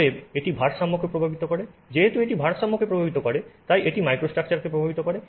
অতএব এটি ভারসাম্যকে প্রভাবিত করে যেহেতু এটি ভারসাম্যকে প্রভাবিত করে তাই এটি মাইক্রোস্ট্রাকচারকে প্রভাবিত করে